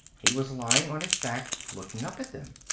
he was lying on his back, looking up at them.